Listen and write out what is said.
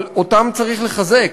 אבל אותם צריך לחזק.